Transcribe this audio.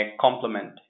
complement